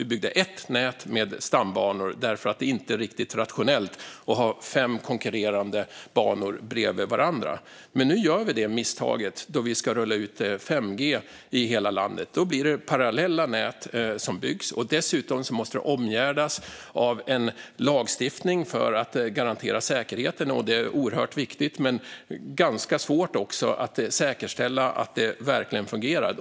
Det byggdes ett nät med stambanor därför att det inte är riktigt rationellt att ha fem konkurrerande banor bredvid varandra. Men nu görs detta misstag då 5G ska rullas ut i hela landet. Då byggs det parallella nät. Dessutom måste detta omgärdas av en lagstiftning för att garantera säkerheten. Det är oerhört viktigt, men det är ganska svårt att säkerställa att det verkligen fungerar.